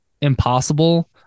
impossible